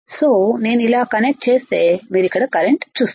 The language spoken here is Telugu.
సోనేను ఇలా కనెక్ట్ చేస్తే మీరు ఇక్కడ కరెంట్ చూస్తారు